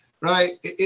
right